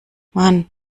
mann